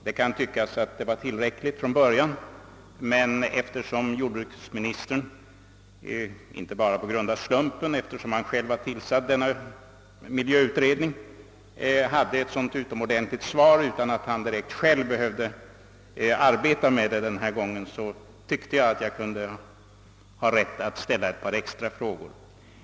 Det kan förefalla som om mina frågor var tillräckligt många från början, men eftersom jordbruksministern själv har tillsatt miljöutredningen och därför kunde lämna ett så utomordentligt svar utan att ha behövt närmare arbeta med saken, tyckte jag att jag kunde ställa ett par extra frågor.